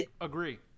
agree